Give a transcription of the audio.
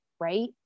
right